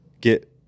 get